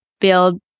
build